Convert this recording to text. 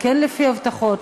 כן לפי הבטחות,